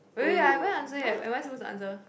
wait wait I haven't answer yet am I supposed to answer